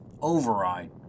Override